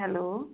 hello